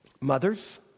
Mothers